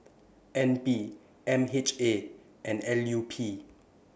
N P M H A and L U P